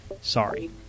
Sorry